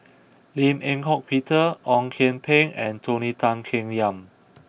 Lim Eng Hock Peter Ong Kian Peng and Tony Tan Keng Yam